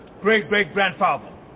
great-great-grandfather